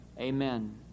Amen